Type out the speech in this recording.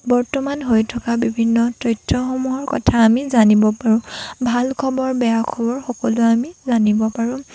বৰ্তমান হৈ থকা বিভিন্ন তথ্যসমূহৰ কথা আমি জানিব পাৰোঁ ভাল খবৰ বেয়া খবৰ সকলো আমি জানিব পাৰোঁ